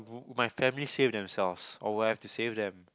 my family save themselves or would I have to save them